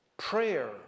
Prayer